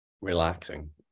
relaxing